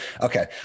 okay